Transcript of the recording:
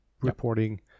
reporting